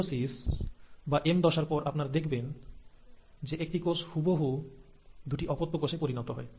mitosis বা M দশার পর আপনারা দেখবেন যে একটি কোষ হুবহু দুটি অপত্য কোষে পরিণত হয়